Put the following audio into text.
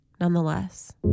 nonetheless